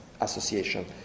association